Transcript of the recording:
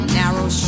narrow